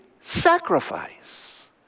sacrifice